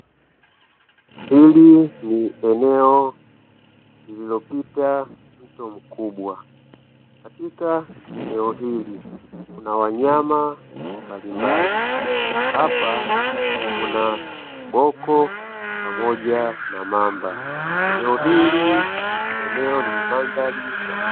Hili ni eneo lililopita mto mkubwa, katika eneo hili kuna wanyama mbalimbali. Hapa kuna kiboko pamoja na mamba. Eneo hili ni eneo lenye mandhari ya kuvutia.